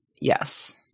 yes